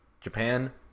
Japan